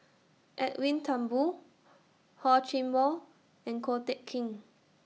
Edwin Thumboo Hor Chim Or and Ko Teck Kin